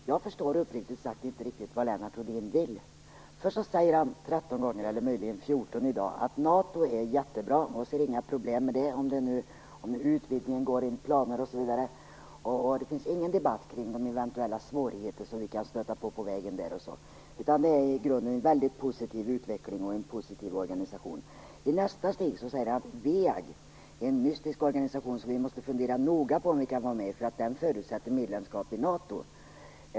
Herr talman! Jag förstår uppriktigt sagt inte vad Lennart Rohdin vill. Först säger han här i dag 13 gånger, eller möjligen 14, att NATO är jättebra. Han ser inga problem med det, om utvidgningen går enligt planerna osv. Det finns ingen debatt kring de eventuella svårigheter som vi kan stöta på efter vägen, utan det är i grunden en väldigt positiv utveckling och en positiv organisation. I nästa steg säger han att WEAG är en mystisk organisation, som vi måste fundera noga på om vi kan vara med i, därför att den förutsätter medlemskap i NATO.